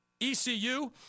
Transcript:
ECU